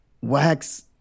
Wax